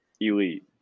elite